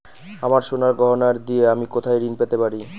আমার সোনার গয়নার দিয়ে আমি কোথায় ঋণ পেতে পারি?